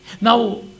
Now